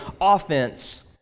offense